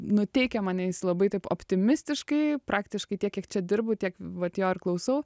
nuteikia mane labai taip optimistiškai praktiškai tiek kiek čia dirbu tiek vat jo ir klausau